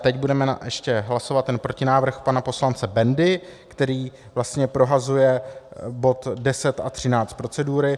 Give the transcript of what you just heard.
Teď budeme ještě hlasovat ten protinávrh pana poslance Bendy, který vlastně prohazuje bod 10 a 13 procedury.